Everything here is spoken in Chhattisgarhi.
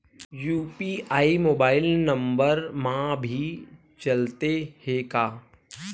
यू.पी.आई मोबाइल नंबर मा भी चलते हे का?